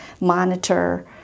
monitor